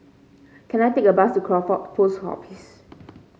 can I take a bus to Crawford Post Office